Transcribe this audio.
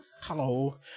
Hello